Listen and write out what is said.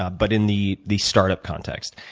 ah but in the the startup context.